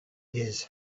his